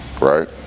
Right